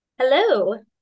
hello